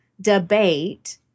debate